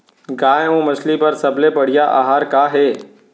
गाय अऊ मछली बर सबले बढ़िया आहार का हे?